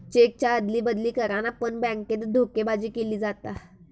चेकच्या अदली बदली करान पण बॅन्केत धोकेबाजी केली जाता